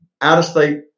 out-of-state